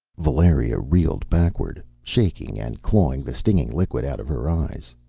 valeria reeled backward, shaking and clawing the stinging liquid out of her eyes.